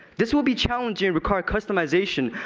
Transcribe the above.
this will be challenging and require customization,